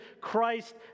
Christ